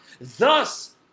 Thus